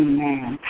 Amen